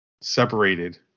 separated